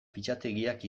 fitxategiak